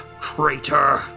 Traitor